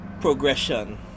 progression